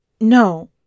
no